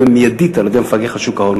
בהם מיידית על-ידי המפקח על שוק ההון.